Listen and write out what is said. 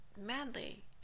madly